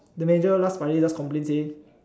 the manager last friday just complain say